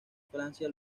francia